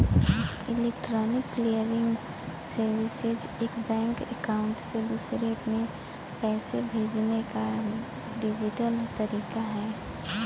electronic clearing services एक bank account से दूसरे में पैसे भेजने का डिजिटल तरीका है